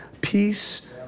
peace